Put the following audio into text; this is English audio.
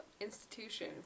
institution